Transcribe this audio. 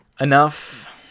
enough